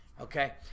Okay